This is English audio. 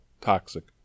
toxic